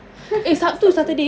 !huh! sabtu